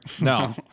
No